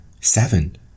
Seven